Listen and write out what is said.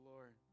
Lord